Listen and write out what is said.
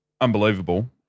unbelievable